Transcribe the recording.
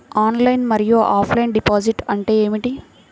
Online మరియు offline deposit అంటే ఏమిటి?